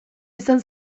izan